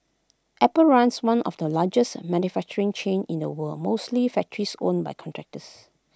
apple runs one of the largest manufacturing chain in the world mostly factories owned by contractors